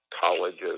colleges